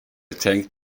tänkt